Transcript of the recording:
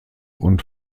und